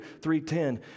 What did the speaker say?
3.10